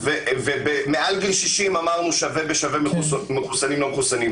ומעל גיל 60 שווה בשווה מחוסנים ולא מחוסנים.